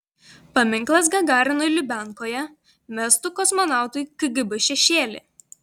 paminklas gagarinui lubiankoje mestų kosmonautui kgb šešėlį